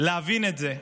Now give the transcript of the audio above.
להבין את זה,